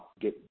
Get